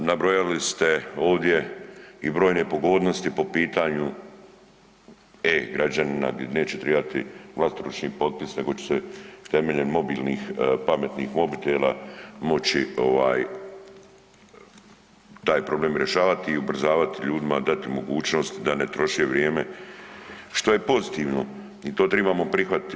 Nabrojali ste ovdje i brojne pogodnosti po pitanju e-građanina gdi neće tribati vlastoručni potpis nego će se temeljem mobilnih, pametnih mobitela moći ovaj taj problem rješavati i ubrzavati, ljudima dati mogućnost da ne troše vrijeme, što je pozitivno i to tribamo prihvatiti.